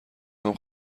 هام